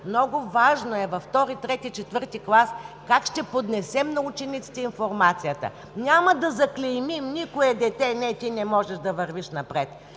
много важно е във втори, трети и четвърти клас как ще поднесем на учениците информацията. Няма да заклеймим никое дете: „Не, ти не можеш да вървиш напред!“.